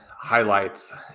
highlights